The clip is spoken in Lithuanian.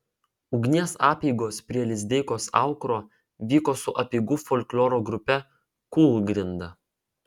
ugnies apeigos prie lizdeikos aukuro vyko su apeigų folkloro grupe kūlgrinda